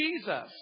Jesus